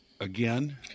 Again